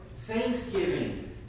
thanksgiving